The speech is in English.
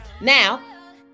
Now